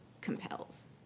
compels